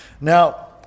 now